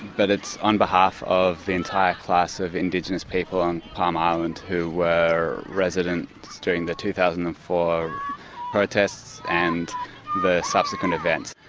but it's on behalf of the entire class of indigenous people on palm island who were residents during the two thousand and four protests and the subsequent events.